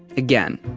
again,